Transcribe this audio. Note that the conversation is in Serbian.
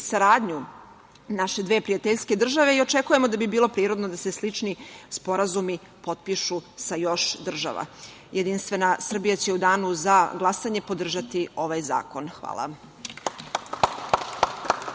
saradnju naše dve prijateljske države i očekujemo da bi bilo prirodno da se slični sporazumi potpišu sa još država. Jedinstvena Srbija će u danu za glasanje podržati ovaj zakon. Hvala